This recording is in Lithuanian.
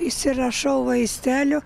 išsirašau vaistelių